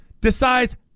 decides